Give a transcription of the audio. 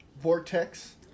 vortex